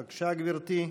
גברתי,